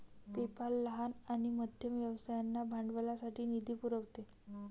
PayPal लहान आणि मध्यम व्यवसायांना भांडवलासाठी निधी पुरवते